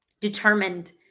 determined